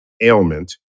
ailment